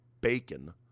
bacon